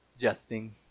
jesting